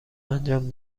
انجام